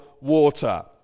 water